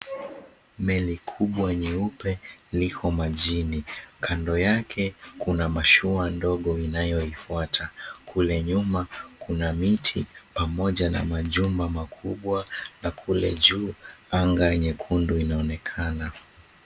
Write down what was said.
Meli kubwa nyeupe liko majini kando yake, kuna mashua ndogo inayoifuata kule nyuma, kuna miti pamoja na majumba makubwa na kule juu anga nyekundu inaonekana.